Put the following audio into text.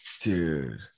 Dude